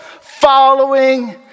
following